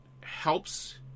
helps